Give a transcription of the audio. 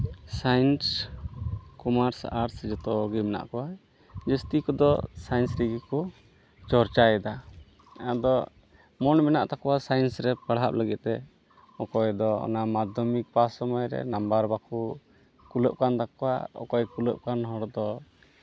science commerce arts ᱡᱚᱛᱚᱜᱮ ᱢᱮᱱᱟᱜ ᱠᱚᱣᱟ ᱡᱟᱹᱥᱛᱤ ᱛᱮᱫᱚ ᱥᱟᱭᱮᱱᱥ ᱨᱮᱜᱮ ᱠᱚ ᱪᱚᱨᱪᱟᱭᱮᱫᱟ ᱟᱫᱚ ᱢᱚᱱ ᱢᱮᱱᱟᱜ ᱛᱟᱠᱚᱣᱟ ᱥᱟᱭᱮᱱᱥ ᱨᱮ ᱯᱟᱲᱦᱟᱜ ᱞᱟᱹᱜᱤᱫ ᱛᱮ ᱚᱠᱚᱭ ᱫᱚ ᱚᱱᱟ ᱢᱟᱫᱽᱫᱷᱚᱢᱤᱠ ᱯᱟᱥ ᱥᱚᱢᱚᱭ ᱨᱮ ᱱᱟᱢᱵᱟᱨ ᱵᱟᱠᱚ ᱠᱩᱞᱟᱹᱜ ᱠᱟᱱ ᱛᱟᱠᱚᱣᱟ ᱚᱠᱚᱭ ᱠᱩᱞᱟᱹᱜ ᱠᱟᱱ ᱦᱚᱲ ᱫᱚ